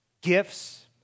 gifts